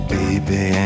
baby